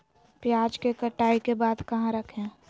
प्याज के कटाई के बाद कहा रखें?